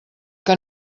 que